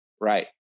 right